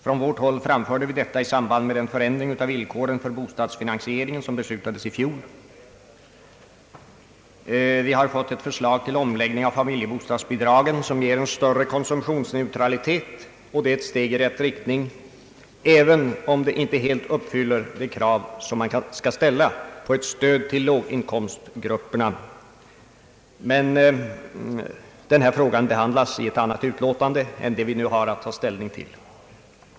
Från vårt håll framförde vi detta i samband med den förändring av villkoren för bostadsfinansieringen som beslutades i fjol. Vi har fått ett förslag till omläggning av familjebostadsbidragen som ger en större konsumtionsneutralitet, och det är ett steg i rätt riktning, även om det inte helt uppfyller de krav som man måste ställa på ett stöd till låginkomstgrupperna. Denna fråga behandlas dock i ett annat utlåtande än det vi nu har att ta ställning till.